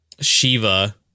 Shiva